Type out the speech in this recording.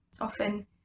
Often